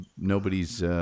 nobody's